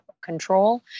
control